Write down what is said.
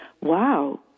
wow